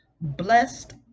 blessed